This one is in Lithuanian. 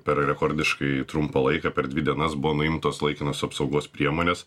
per rekordiškai trumpą laiką per dvi dienas buvo nuimtos laikinos apsaugos priemonės